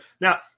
now